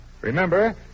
Remember